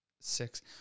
six